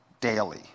daily